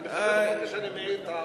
אני מכבד אותך בזה שאני מעיר את הערות האלה.